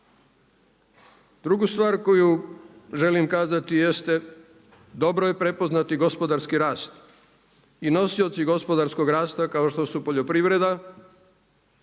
Drugu stvar koju želim kazati jeste dobro je prepoznati gospodarski rast i nosioci gospodarskog rasta kao što su poljoprivreda